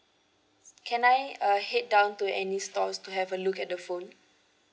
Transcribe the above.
can I uh head down to any stores to have a look at the phone